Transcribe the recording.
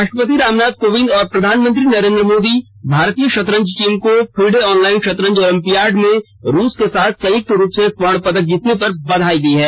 राष्ट्रपति रामनाथ कोविंद और प्रधानमंत्री नरेन्द्र मोदी ने भारतीय शतरंज टीम को फिडे ऑनलाइन शतरंज ओलमपियाड में रूस के साथ संयुक्त रूप स्वर्ण पदक जीतने पर बधाई दी है